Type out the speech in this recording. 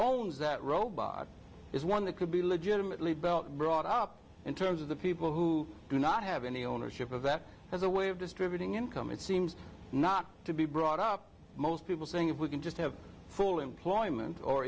owns that robot is one that could be legitimately bell brought up in terms of the people who do not have any ownership of that as a way of distributing income it seems not to be brought up most people saying if we can just have full employment or